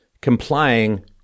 complying